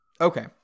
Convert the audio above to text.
Okay